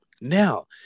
Now